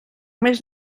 més